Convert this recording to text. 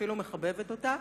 אפילו מחבבת אותה,